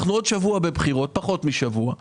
אנחנו בעוד פחות משבוע בבחירות,